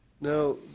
Now